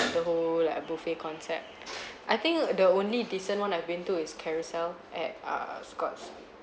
the whole like buffet concept I think the only decent one I've been to is carousel at err scotts